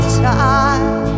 time